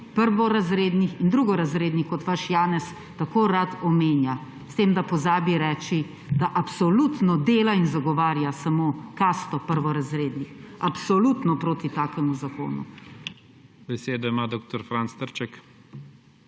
prvorazrednih in drugorazrednih, kot vaš Janez tako rad omenja, s tem da pozabi reči, da absolutno dela in zagovarja samo kasto prvorazrednih. Absolutno proti takemu zakonu. PREDSEDNIK IGOR ZORČIČ: Besedo ima dr. Franc Trček.